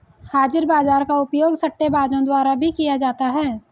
हाजिर बाजार का उपयोग सट्टेबाजों द्वारा भी किया जाता है